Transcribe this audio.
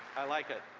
i like it.